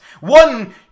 One